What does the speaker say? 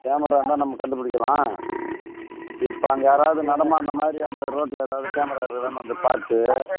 camera இருந்தால் நம்ம கண்டுப்பிடிக்கலாம் இப்போ அங்கே யாராவது நடமாடின மாதிரி அந்த ரோட்டில் ஏதாவது கேமரா இருக்குதான்னு வந்து பார்த்து